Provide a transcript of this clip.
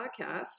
podcast